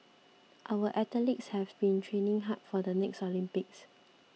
our athletes have been training hard for the next Olympics